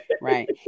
Right